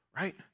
right